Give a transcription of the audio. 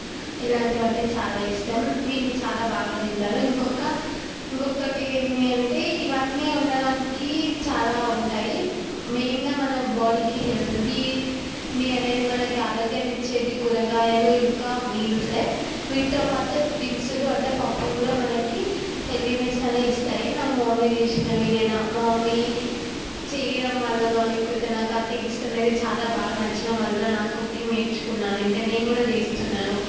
ఇలాంటివంటే చాలా ఇష్టం వీటిని చాలా బాగా తింటాను ఇంకొక ఇంకొకటి ఏంటి అంటే ఇవన్నీ వండడానికి చాలా ఉంటాయి మెయిన్గా మన బాడీకి హెల్తీనీ అనేది మనకి ఆరోగ్యాన్ని ఇచ్చేది కూరగాయలు ఇంకా మీల్సే వీటితోపాటు దినుసులు అంటే పప్పులు కూడా మనకి హెల్దీనెస్నే ఇస్తాయి నాకు మా మమ్మీ చేసినవి లేదా మా మమ్మీ చేయడం వలనో లేకపోతే నాకు ఆ టేస్ట్ అనేది చాలా బాగా నచ్చడం వలనో నాకు కుకింగ్ నేర్చుకున్నాను ఇంక నేను కూడా చేస్తున్నాను